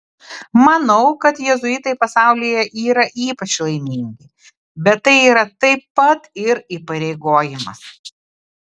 manau kad jėzuitai pasaulyje yra ypač laimingi bet tai yra taip pat ir įpareigojimas